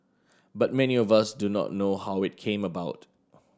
but many of us do not know how it came about